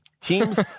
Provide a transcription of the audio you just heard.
Teams